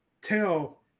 tell